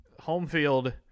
homefield